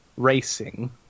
racing